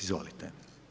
Izvolite.